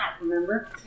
remember